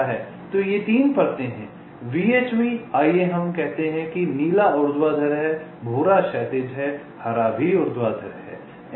तो ये 3 परतें हैं VHV आइए हम कहते हैं कि नीला ऊर्ध्वाधर है भूरा क्षैतिज है हरा भी ऊर्ध्वाधर है